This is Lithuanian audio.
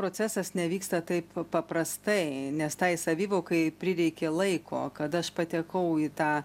procesas nevyksta taip paprastai nes tai savivokai prireikė laiko kada aš patekau į tą